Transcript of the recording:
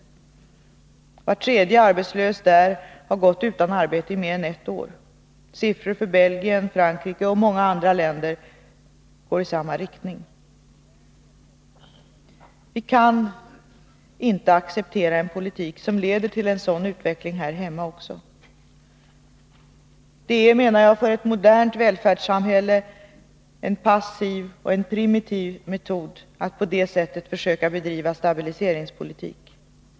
Var tredje arbetslös där har gått utan arbete i mer än ett år. Siffror för Belgien, Frankrike och många andra länder går i samma riktning. Vi kan inte acceptera en politik som leder till en sådan utveckling här hemma också. Jag menar att det för ett modernt välfärdssamhälle är en passiv och primitiv metod när det gäller att försöka bedriva stabiliseringspolitik.